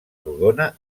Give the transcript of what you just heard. rodona